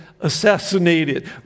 assassinated